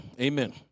Amen